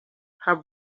her